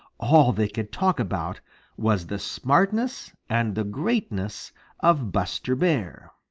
all they could talk about was the smartness and the greatness of buster bear.